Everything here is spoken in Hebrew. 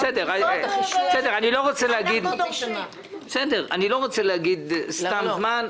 אני לא רוצה להגיד סתם זמן.